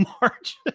march